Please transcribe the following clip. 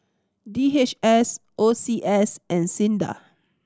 D H S O C S and SINDA